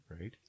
Right